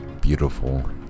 Beautiful